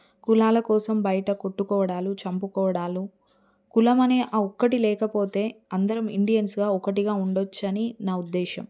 కులాల కోసం బయట కొట్టుకోవడాలు చంపుకోవడాలు కులమనే ఆ ఒక్కటి లేకపోతే అందరం ఇండియన్స్గా ఒకటిగా ఉండొచ్చని నా ఉద్దేశం